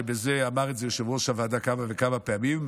ואמר את זה יושב-ראש הוועדה כמה וכמה פעמים,